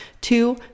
Two